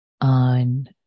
on